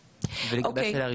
כן שאלה ראשונה?